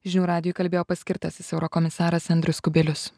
žinių radijui kalbėjo paskirtasis eurokomisaras andrius kubilius